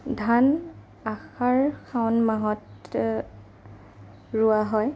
ধান আহাৰ শাওন মাহত ৰোৱা হয়